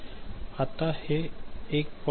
आता हे 1